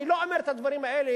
אני לא אומר את הדברים האלה,